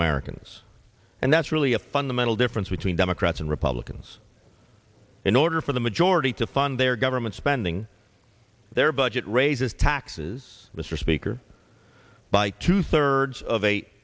americans and that's really a fundamental difference between democrats and republicans in order for the majority to fund their government spending their budget raises taxes mr speaker by two thirds of eight